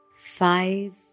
five